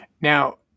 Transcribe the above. Now